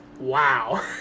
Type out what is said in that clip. wow